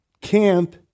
camp